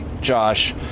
Josh